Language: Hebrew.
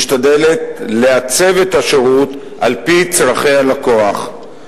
משתדלת לעצב את השירות על-פי צורכי הלקוח.